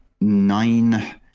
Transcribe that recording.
nine